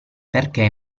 perché